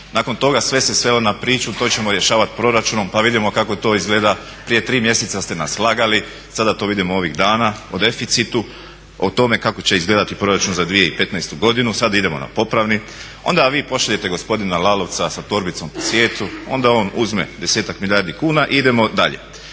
nakon toga sve se svelo na priču to ćemo rješavat proračunom pa vidimo kako to izgleda. Prije tri mjeseca ste nas lagali, sada to vidimo ovih dana o deficitu, o tome kako će izgledati proračun za 2015. godinu, sad idemo na popravni. Onda vi pošaljete gospodina Lalovca sa torbicom po svijetu, onda on uzme 10-ak milijardi kuna i idemo dalje.